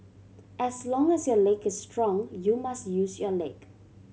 as long as your leg is strong you must use your leg